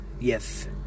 yes